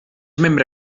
membre